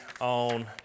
on